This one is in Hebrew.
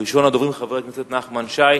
ראשון הדוברים, חבר הכנסת נחמן שי.